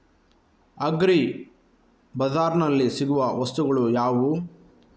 Agri ಬಜಾರ್ನಲ್ಲಿ ಸಿಗುವ ವಸ್ತುಗಳು ಯಾವುವು?